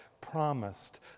promised